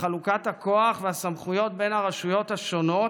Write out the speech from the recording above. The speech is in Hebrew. בחלוקת הכוח והסמכויות בין הרשויות השונות,